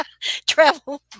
travel